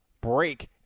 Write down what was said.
break